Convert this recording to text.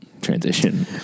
transition